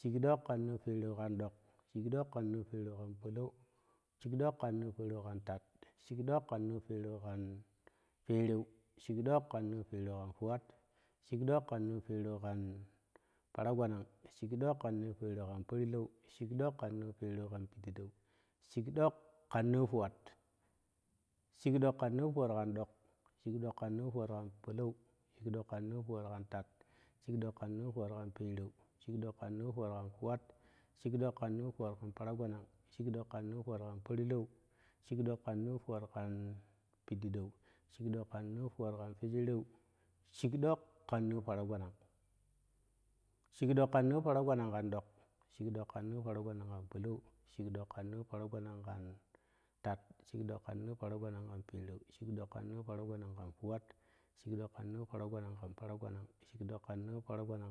Shik ɗok kan noo pereu ƙan ɗok shika ɗok ƙan noo pereu kan polou shik dok kan noo pereu kan tat shikɗou ƙan noo pereu kan pereu shikɗok kan noo pereu kan fuwat shik dok ƙan noo pereu kan paragbaanan shikɗok ƙan noo pereu ka pidiɗeu shikdok kanno pereu kan kan noo fuwat shikɗok kan noo fuwat kan ɗok shik dok ka noo fuwat kai polou shik ɗok kan noo fuwat kan pereu shik dok ƙan noo fuwat kan paragbanan shik dok kan noo fuwat kan porlou shik dok nan noo fuwat kan pididew shik ɗok kan noo fuwat kan twefereu. shik ɗok ƙan noo paragbanan shikɗok ƙan noo paragbana kan ɗok shin ɗok ƙan noo paragbana kan polou shik ɗok kan noo paragbanan ka tat shik ɗok kan noo paragbama ka pereu shikɗok ka noo paragbama ka fuwat shikɗok kan noo paragbama kan paragbama shikɗok kai noo paragbana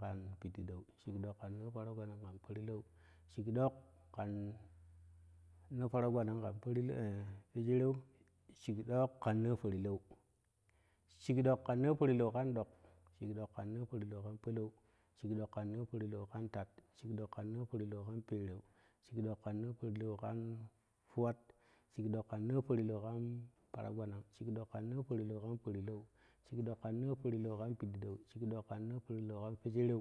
ka pidideu shikɗok kai noo paragbana ka porlou shikɗok kai noo paragbana ka pore fwesereu shikdok kan noo porlou shikɗok kai noo porlou kan ɗok shikɗok kai noo porlou ka polou shikɗok kai noo porlou kan tat shikɗok kai noo porlou kan pereu shikɗok kai noo porloukan fuwat shikɗok kai noo porlou paragbanan shik ɗok ƙan noo porlou kan piɗidau shik ɗok ƙan noo porlou kan fewedereu.